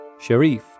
Sharif